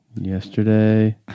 Yesterday